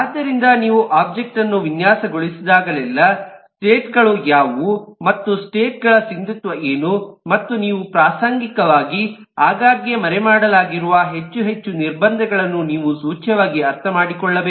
ಆದ್ದರಿಂದ ನೀವು ಒಬ್ಜೆಕ್ಟ್ ಅನ್ನು ವಿನ್ಯಾಸಗೊಳಿಸಿದಾಗಲೆಲ್ಲಾ ಸ್ಟೇಟ್ ಗಳು ಯಾವುವು ಮತ್ತು ಸ್ಟೇಟ್ ಗಳ ಸಿಂಧುತ್ವ ಏನು ಮತ್ತು ನೀವು ಪ್ರಾಸಂಗಿಕವಾಗಿ ಆಗಾಗ್ಗೆ ಮರೆಮಾಡಲಾಗಿರುವ ಹೆಚ್ಚು ಹೆಚ್ಚು ನಿರ್ಬಂಧಗಳನ್ನು ನೀವು ಸೂಚ್ಯವಾಗಿ ಅರ್ಥಮಾಡಿಕೊಳ್ಳಬೇಕು